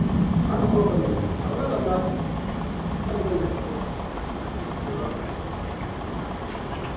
ꯍꯥꯟꯅ ꯍꯧꯔꯛꯄ ꯅꯣꯏꯗꯤ ꯇꯞꯅ ꯇꯞꯅ ꯇꯝꯗꯧꯅꯦꯕꯀꯣ ꯑꯗꯨꯒ